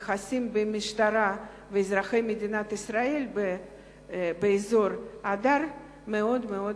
היחסים בין המשטרה לאזרחי מדינת ישראל באזור הדר מאוד מאוד